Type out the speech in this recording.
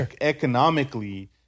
economically